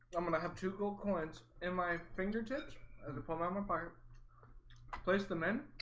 i'm gonna have two gold coins in my fingertips and apart um apart place them in